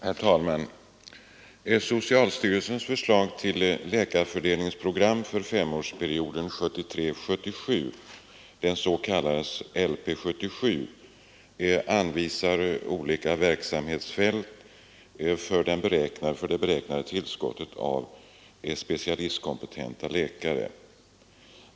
Herr talman! Socialstyrelsens förslag till läkarfördelningsprogram för femårsperioden 1973—1977, LP 77, anvisar olika verksamhetsfält för det beräknade tillskottet av specialistkompetenta läkare.